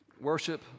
worship